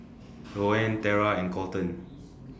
Louann Terra and Colton